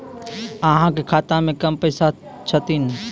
अहाँ के खाता मे कम पैसा छथिन?